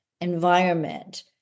environment